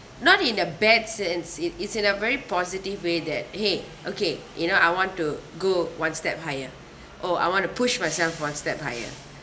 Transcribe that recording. not in a bad sense it it's in a very positive way that !hey! okay you know I want to go one step higher oh I want to push myself one step higher